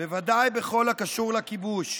בוודאי בכל הקשור לכיבוש.